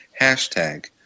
hashtag